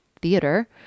theater